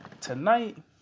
tonight